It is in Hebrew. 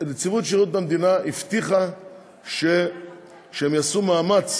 נציבות שירות המדינה הבטיחה שהם יעשו מאמץ